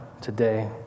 today